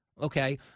Okay